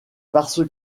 parce